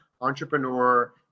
entrepreneur